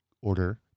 Order